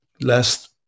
last